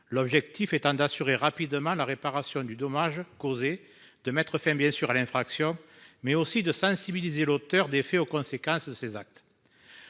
L'objectif étant d'assurer rapidement la réparation du dommage causé de mettre fin bien sûr à l'infraction mais aussi de sensibiliser l'auteur des faits aux conséquences de ses actes.